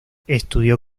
estudió